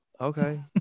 Okay